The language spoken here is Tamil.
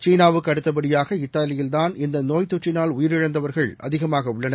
சீனாவுக்கு அடுத்தபடியாக இத்தாலியில் தாள் இந்த நோய் தொற்றினால் உயிரிழந்தவர்கள் அதிகமாக உள்ளனர்